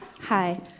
Hi